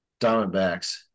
Diamondbacks